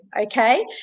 okay